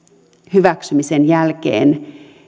hyväksymisen jälkeen